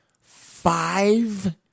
five